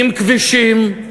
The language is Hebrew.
עם כבישים,